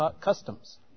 customs